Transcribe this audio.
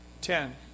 ten